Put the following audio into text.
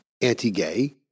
anti-gay